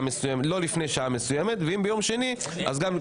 לא לפני שעה מסוימת; ואם ביום שני אז גם.